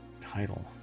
title